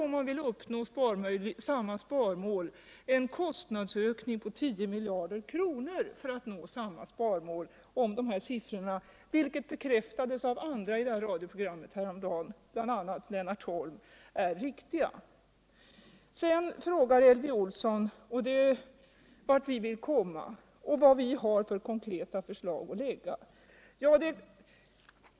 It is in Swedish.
om man vill uppnå samma sparmål, en kostnudsökning på 10 miljarder, om de här uppgifterna är riktiga, vilket bekräftades av andra medverkande i radioprogrammet häromdagen, bl.a. Lennart Holm. Elvy Olsson frågar vart vi vill komma och vad vi har för konkreta förslag att framlägga.